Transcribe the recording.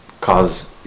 cause